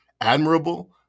admirable